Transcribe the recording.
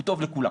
הוא טוב לכולם.